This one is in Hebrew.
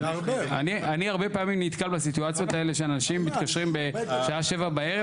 אני הרבה פעמים נתקל בסיטואציות האלה שאנשים מתקשרים בשעה שבע בערב,